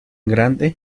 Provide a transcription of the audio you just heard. grande